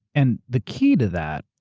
and the key to that,